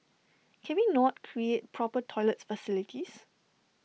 can we not create proper toilet facilities